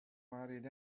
married